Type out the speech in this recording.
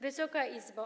Wysoka Izbo!